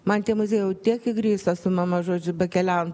man tie muziejai jau tiek įgriso su mama žodžiu bekeliaujant